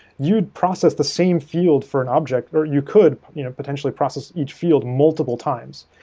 you'd process the same field for an object, or you could you know potentially process each field multiple times,